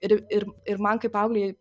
ir ir ir man kai paauglei